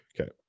okay